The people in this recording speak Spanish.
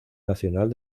nacional